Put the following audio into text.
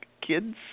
kids